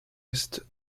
est